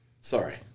Sorry